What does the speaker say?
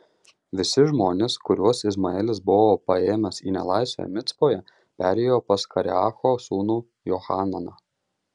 visi žmonės kuriuos izmaelis buvo paėmęs į nelaisvę micpoje perėjo pas kareacho sūnų johananą